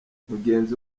mugenzi